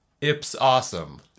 Ips-awesome